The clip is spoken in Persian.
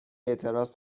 اعتراض